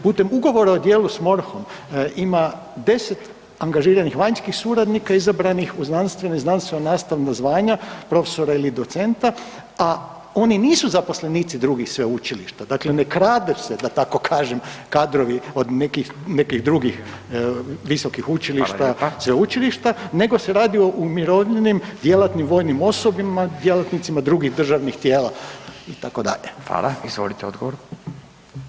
Putem Ugovora o djelu s MORH-om ima 10 angažiranih vanjskih suradnika izabranih u znanstvene, znanstveno nastavna zvanja profesora ili docenta, a oni nisu zaposlenici drugih sveučilišta, dakle ne krade se da tako kažem kadrovi od nekih, nekih drugih visokih učilišta i sveučilišta nego se radi o umirovljenim djelatnim vojnim osobama djelatnicima drugih državnih tijela itd.